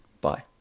bye